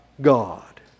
God